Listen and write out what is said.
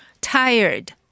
Tired